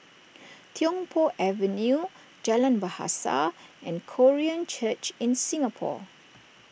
Tiong Poh Avenue Jalan Bahasa and Korean Church in Singapore